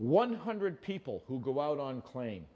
one hundred people who go out on claim